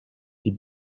die